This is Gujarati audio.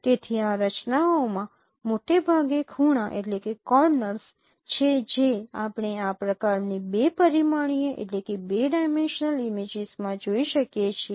તેથી આ રચનાઓમાં મોટે ભાગે ખૂણા છે જે આપણે આ પ્રકારની 2 પરિમાણીય ઇમેજીસમાં જોઈ શકીએ છીએ